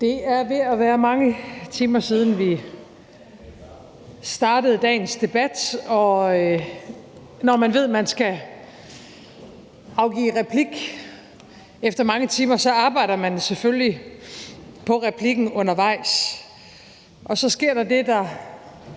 Det er ved at være mange timer siden, vi startede dagens debat, og når man ved, at man skal afgive replik efter mange timer, arbejder man selvfølgelig på replikken undervejs, og så sker der det, der